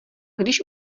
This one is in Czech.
když